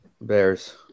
Bears